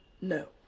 No